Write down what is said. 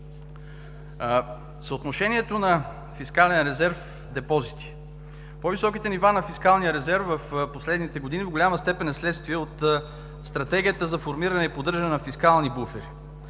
Съотношението на фискален резерв – депозити. По-високите нива на фискалния резерв в последните години до голяма степен е следствие от стратегията за формиране и поддържане на фискални буфери.